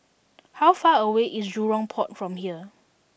how far away is Jurong Port from here